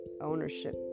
ownership